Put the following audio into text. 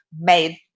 made